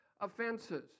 offenses